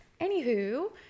Anywho